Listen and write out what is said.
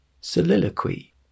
Soliloquy